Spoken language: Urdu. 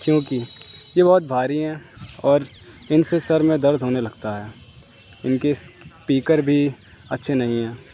کیونکہ یہ بہت بھاری ہیں اور ان سے سر میں درد ہونے لگتا ہے ان کے اسپیکر بھی اچھے نہیں ہیں